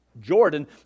Jordan